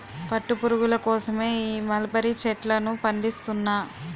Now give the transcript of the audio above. పట్టు పురుగుల కోసమే ఈ మలబరీ చెట్లను పండిస్తున్నా